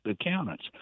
accountants